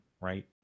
right